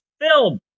film